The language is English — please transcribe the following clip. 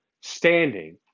standing